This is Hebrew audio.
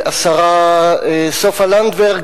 השרה סופה לנדבר,